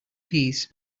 peas